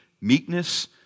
meekness